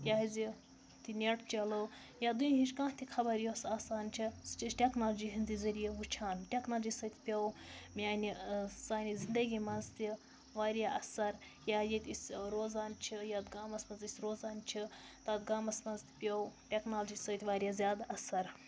کیٛازِ یُتھُے نٮ۪ٹ چَلو یا دُنہِچ کانٛہہ تہِ خبر یۄس آسان چھےٚ سُہ چھِ أسۍ ٹٮ۪کنالجی ہِنٛدِ ذٔریعہِ وٕچھان ٹٮ۪کنالجی سۭتۍ پیوٚو میٛانہِ سانہِ زِنٛدگی منٛز تہِ واریاہ اَثر یا ییٚتہِ أسۍ روزان چھِ یَتھ گامَس منٛز أسۍ روزان چھِ تَتھ گامَس منٛز تہِ پیوٚو ٹٮ۪کنالجی سۭتۍ واریاہ زیادٕ اَثر